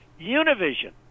Univision